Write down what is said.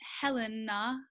Helena